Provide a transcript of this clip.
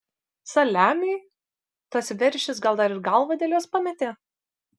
saliamiui tas veršis gal dar ir galvą dėl jos pametė